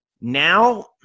Now